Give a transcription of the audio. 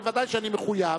ודאי שאני מחויב.